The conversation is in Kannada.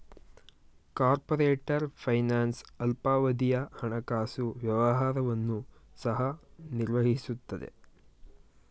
ಕಾರ್ಪೊರೇಟರ್ ಫೈನಾನ್ಸ್ ಅಲ್ಪಾವಧಿಯ ಹಣಕಾಸು ವ್ಯವಹಾರವನ್ನು ಸಹ ನಿರ್ವಹಿಸುತ್ತದೆ